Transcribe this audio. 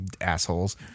assholes